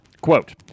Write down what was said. quote